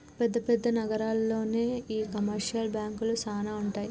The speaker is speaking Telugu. పెద్ద పెద్ద నగరాల్లోనే ఈ కమర్షియల్ బాంకులు సానా ఉంటాయి